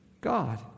God